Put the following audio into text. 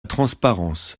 transparence